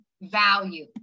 value